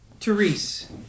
Therese